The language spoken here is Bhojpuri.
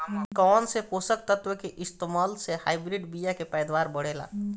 कौन से पोषक तत्व के इस्तेमाल से हाइब्रिड बीया के पैदावार बढ़ेला?